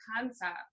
concept